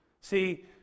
See